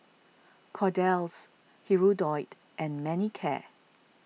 Kordel's Hirudoid and Manicare